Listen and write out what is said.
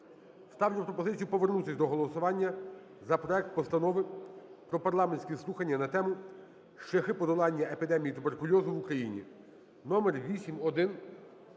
Ставлю пропозицію повернутися до голосування за проект Постанови про парламентські слухання на тему: "Шляхи подолання епідемії туберкульозу в Україні"